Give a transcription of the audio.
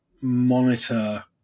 monitor